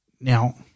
Now